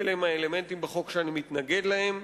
ואלה הם האלמנטים בחוק שאני מתנגד להם,